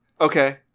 Okay